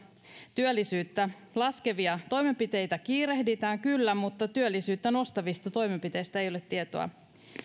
työllisyyttä laskevia toimenpiteitä kiirehditään kyllä mutta työllisyyttä nostavista toimenpiteistä ei ole tietoa